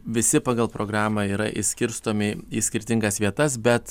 visi pagal programą yra išskirstomi į skirtingas vietas bet